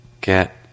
get